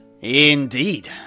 Indeed